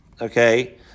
Okay